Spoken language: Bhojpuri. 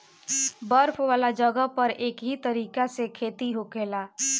बर्फ वाला जगह पर एह तरीका से खेती होखेला